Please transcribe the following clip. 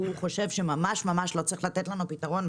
חושב שממש-ממש לא צריך לתת לנו פתרון.